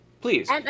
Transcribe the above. please